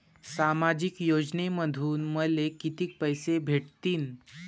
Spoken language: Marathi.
सामाजिक योजनेमंधून मले कितीक पैसे भेटतीनं?